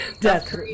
death